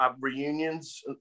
reunions –